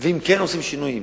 ואם כן עושים שינויים